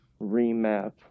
remap